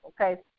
okay